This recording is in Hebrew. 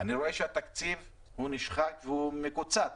אני רואה שהתקציב נשחק ומקוצץ.